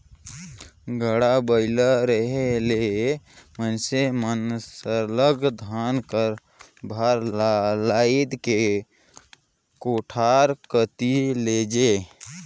गाड़ा बइला रहें ले मइनसे मन सरलग धान कर भार ल लाएद के कोठार कती लेइजें